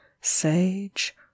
sage